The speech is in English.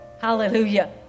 Hallelujah